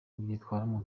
ubyitwaramo